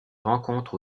rencontre